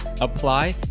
apply